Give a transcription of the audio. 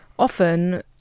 Often